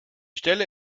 stelle